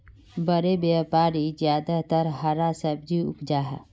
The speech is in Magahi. बड़े व्यापारी ज्यादातर हरा सब्जी उपजाहा